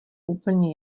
úplně